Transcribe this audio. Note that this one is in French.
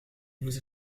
vous